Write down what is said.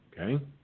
Okay